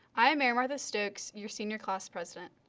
i am mary martha stokes, your senior class president.